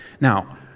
Now